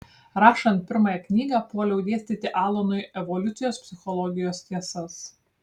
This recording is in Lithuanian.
rašant pirmąją knygą puoliau dėstyti alanui evoliucijos psichologijos tiesas